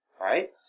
Right